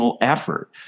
effort